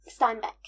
Steinbeck